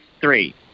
three